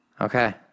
Okay